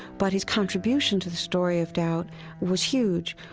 but his contribution to the story of doubt was huge.